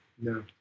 no